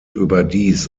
überdies